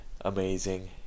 amazing